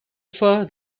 far